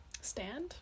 stand